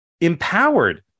empowered